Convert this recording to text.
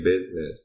business